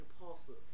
impulsive